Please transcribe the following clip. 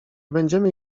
będziemy